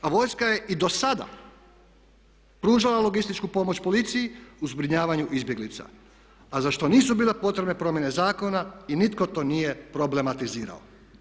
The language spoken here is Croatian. A vojska je i do sada pružala logističku pomoć policiji u zbrinjavanju izbjeglica a za što nisu bile potrebne probleme zakona i nitko to nije problematizirao.